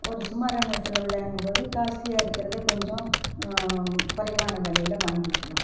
ஒரு சுமாரான செலவுலங்கும்போது காஸ்ட்லியாக இருக்கிறதை கொஞ்சம் குறைவான விலையில வாங்கிக்கலாம்